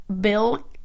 Bill